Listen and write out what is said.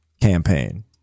campaign